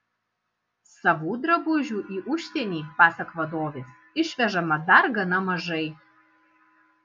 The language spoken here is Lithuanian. savų drabužių į užsienį pasak vadovės išvežama dar gana mažai